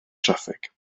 traffig